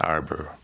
Arbor